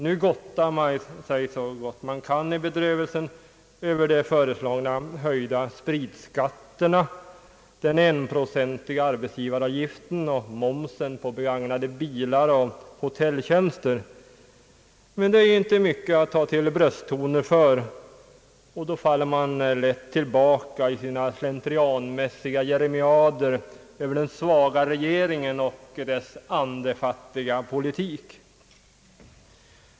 Nu gotiar man sig i stället i bedrövelsen över de föreslagna höjda spritskatterna, den enprocentiga arbetsgivaravgiften och momsen på begagnade bilar och hotelltjänster. Men det är ju inte mycket att ta till brösttoner för, och därför faller man lätt tillbaka i sina slentrianmässiga jeremiader över den svaga regeringen och dess andefattiga politik.